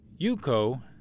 Yuko